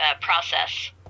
process